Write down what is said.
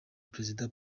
perezida